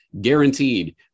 guaranteed